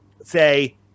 say –